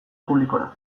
publikora